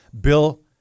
Bill